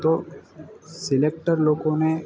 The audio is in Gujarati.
તો સિલેક્ટર લોકોને